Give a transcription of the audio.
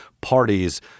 parties